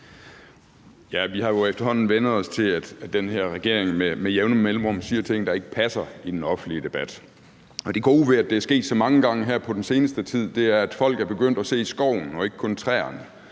Vi har jo efterhånden vænnet os til, at den her regering med jævne mellemrum siger ting i den offentlige debat, der ikke passer. Det gode ved, at det er sket så mange gange her i den seneste tid, er, at folk er begyndt at se skoven og ikke kun de